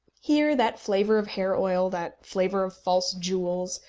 here that flavour of hair-oil, that flavour of false jewels,